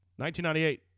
1998